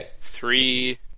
three